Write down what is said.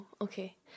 okay